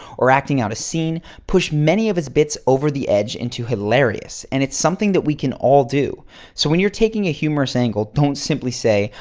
or acting out a scene push many of its bits over the edge into hilarious and it's something that we can all do. so when you're taking a humorous angle, don't simply say,